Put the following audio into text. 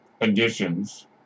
additions